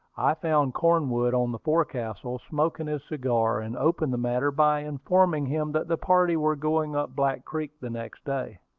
i found cornwood on the forecastle, smoking his cigar, and opened the matter by informing him that the party were going up black creek the next day.